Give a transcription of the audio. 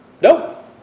No